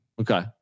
Okay